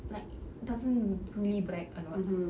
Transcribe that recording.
like doesn't really brag a lot